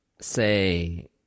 say